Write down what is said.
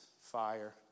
fire